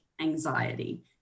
anxiety